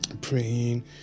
praying